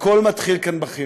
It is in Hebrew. הכול מתחיל כאן בחינוך.